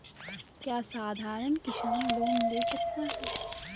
क्या साधरण किसान लोन ले सकता है?